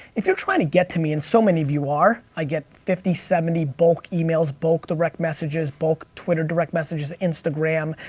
if you trying to get to me and so many of you are. i get fifty, seventy bulk emails, bulk direct messages, bulk twitter direct messages, instagram,